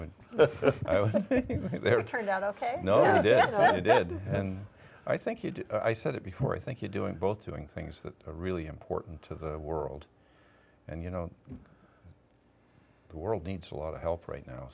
yeah dad and i think you do i said it before i think you doing both doing things that are really important to the world and you know the world needs a lot of help right now